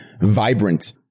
vibrant